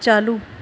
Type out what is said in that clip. चालू